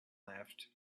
laughed